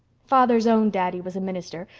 father's own daddy was a minister,